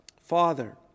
Father